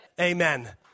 Amen